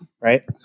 right